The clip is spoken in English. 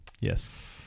Yes